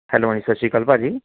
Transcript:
hello ਹਾਂਜੀ ਸਤਿ ਸ਼੍ਰੀ ਅਕਾਲ ਭਾਅ ਜੀ